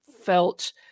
felt